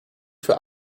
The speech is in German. für